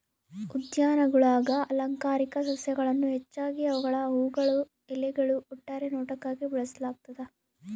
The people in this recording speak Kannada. ಉದ್ಯಾನಗುಳಾಗ ಅಲಂಕಾರಿಕ ಸಸ್ಯಗಳನ್ನು ಹೆಚ್ಚಾಗಿ ಅವುಗಳ ಹೂವುಗಳು ಎಲೆಗಳು ಒಟ್ಟಾರೆ ನೋಟಕ್ಕಾಗಿ ಬೆಳೆಸಲಾಗ್ತದ